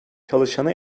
çalışanı